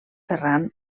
ferran